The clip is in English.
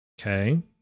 Okay